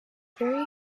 very